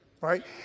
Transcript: Right